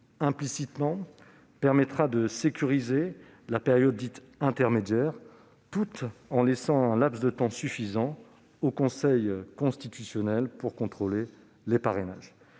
Implicitement, cela permettra de sécuriser la période dite « intermédiaire » tout en laissant un laps de temps suffisant au Conseil constitutionnel pour contrôler les parrainages.